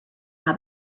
how